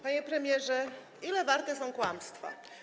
Panie premierze, ile warte są kłamstwa?